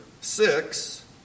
six